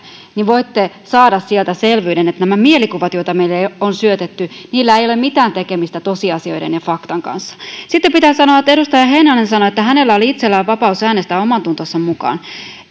niin voitte saada sieltä selvyyden että näillä mielikuvilla joita meille on syötetty ei ole mitään tekemistä tosiasioiden ja faktan kanssa sitten pitää sanoa että edustaja heinonen sanoi että hänellä oli itsellään vapaus äänestää omantuntonsa mukaan